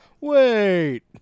Wait